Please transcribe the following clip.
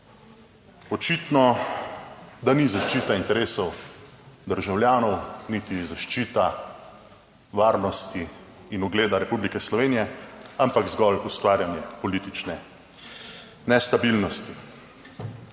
Očitno, da ni zaščita interesov državljanov niti zaščita varnosti in ugleda Republike Slovenije, ampak zgolj ustvarjanje politične nestabilnosti.